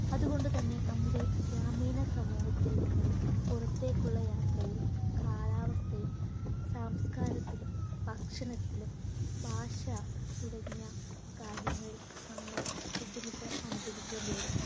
അതുകൊണ്ട് തന്നെ നമ്മുടെ ഗ്രാമീണ സമൂഹത്തിൽ നിന്നും പുറത്തേക്കുള്ള യാത്രയിൽ കാലാവസ്ഥയും സംസ്കാരത്തിലും ഭക്ഷണത്തിലും ഭാഷ തുടങ്ങിയ കാര്യങ്ങളിൽ നമ്മൾ ബുദ്ധിമുട്ട് അനുഭവിക്കേണ്ടി വരും